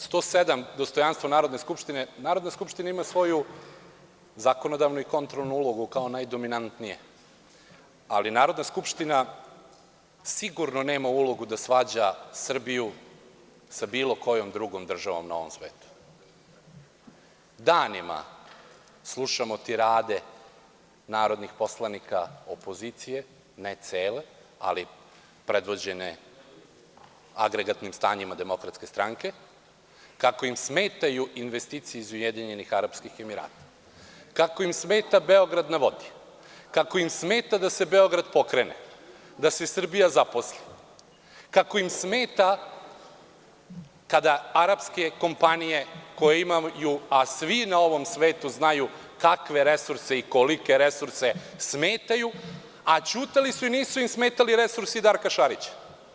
Član 107. dostojanstvo Narodne skupštine, Narodna skupština ima svoju zakonodavnu i kontrolnu ulogu kao najdominantnija, ali Narodna skupština sigurno nema ulogu da svađa Srbiju sa bilo kojom drugom državom na ovom svetu Danima slušamo tirade narodnih poslanika opozicije, ne cele, ali predvođene agregatnim stanjima DS, kako im smetaju investicije iz UAE, kako im smeta „Beograd na vodi“, kako im smeta da se Beograd pokrene, da se Srbija zaposli, kako im smeta kada arapske kompanije koje imaju, a svi na ovom svetu znaju kakve resurse i kolike resurse, a ćutali su i nisu im smetali resursi Darka Šarića.